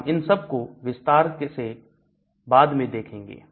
हम इन सब को विस्तार से बाद में देखेंगे